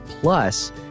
Plus